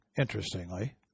interestingly